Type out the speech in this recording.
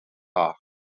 vandaag